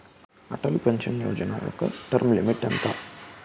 Atal pension Yojana యెక్క term limit ఎంత?